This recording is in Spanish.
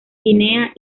guinea